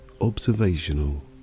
observational